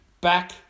back